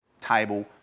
table